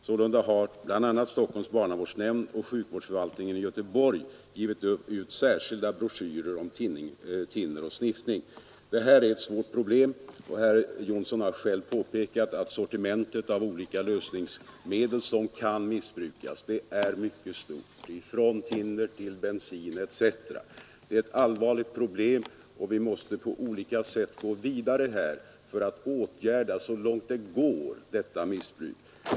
Sålunda har bl.a. Stockholms barnavårdsnämnd och sjukvårdsförvaltningen i Göteborg givit ut särskilda broschyrer om thinner och sniffning. Det är ett allvarligt problem, och vi måste på olika sätt gå vidare här för att så långt det går åtgärda detta missbruk.